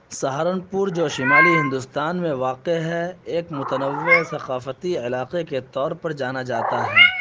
سہارنپور جو شمالی ہندوستان میں واقع ہے ایک متنوع ثقافتی علاقے کے طور پر جانا جاتا ہے